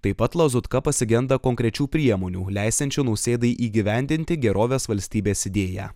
taip pat lazutka pasigenda konkrečių priemonių leisiančių nausėdai įgyvendinti gerovės valstybės idėją